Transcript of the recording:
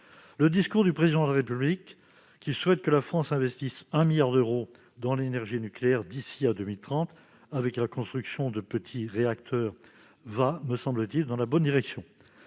Le discours du Président de la République, qui souhaite que la France investisse 1 milliard d'euros dans l'énergie nucléaire d'ici à 2030, avec la construction de petits réacteurs, va dans la bonne direction.